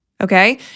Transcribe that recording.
Okay